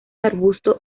arbusto